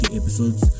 episodes